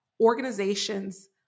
organizations